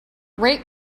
rate